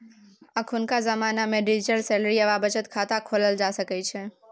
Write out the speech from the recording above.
अखुनका जमानामे digital salary वा बचत खाता खोलल जा सकैत छै